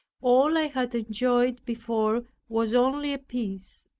all i had enjoyed before was only a peace,